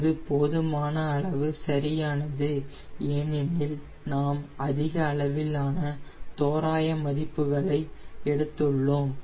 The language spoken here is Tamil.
இது போதுமான அளவு சரியானது ஏனெனில் நாம் அதிக அளவிலான தோராய மதிப்பு களை எடுத்துள்ளோம்